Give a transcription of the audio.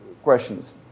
Questions